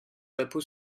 l’impôt